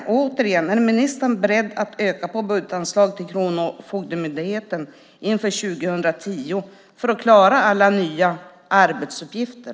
Och återigen: Är ministern beredd att öka budgetanslaget till Kronofogdemyndigheten inför 2010 för att man ska klara alla nya arbetsuppgifter?